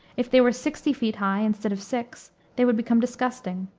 if they were sixty feet high instead of six, they would become disgusting.